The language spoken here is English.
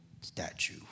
statue